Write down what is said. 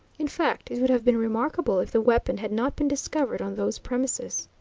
in fact, it would have been remarkable if the weapon had not been discovered on those premises.